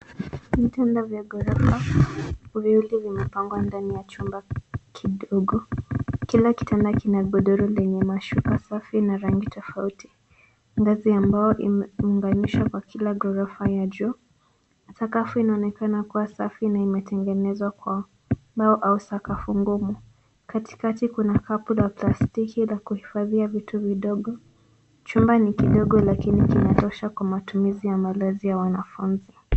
Vitanda vya ghorofa viwili vimepangwa ndani ya chumba kidogo. Kila kitanda kina godoro lenye mashuka safi na rangi tofauti. Ngazi ambayo imeunganishwa kwa kila ghorofa ya juu. Sakafu inaonekana kuwa safi na imetengenezwa kwa mbao au sakafu ngumu. Katikati kuna kapu la plastiki la kuhifadhia vitu vidogo. Chumba ni kidogo lakini kinatosha kwa matumizi ya malazi ya wanafunzi.